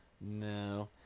No